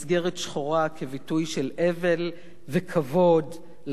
כביטוי של אבל וכבוד ליריב הגדול.